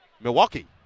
Milwaukee